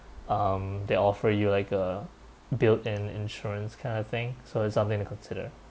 um they offer you like a built-in insurance kind of thing so it's something to consider